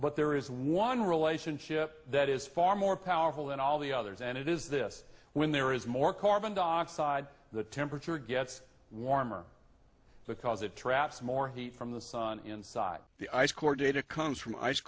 but there is one relationship that is far more powerful than all the others and it is this when there is more carbon dioxide the temperature gets warmer because it traps more heat from the sun inside the ice core data comes from ice